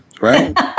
right